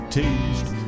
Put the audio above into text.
taste